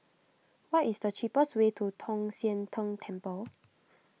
what is the cheapest way to Tong Sian Tng Temple